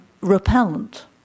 repellent